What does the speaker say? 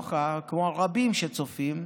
כמוך וכמו רבים שצופים,